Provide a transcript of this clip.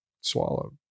swallowed